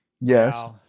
Yes